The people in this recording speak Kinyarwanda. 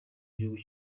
gihugu